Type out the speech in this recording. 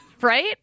Right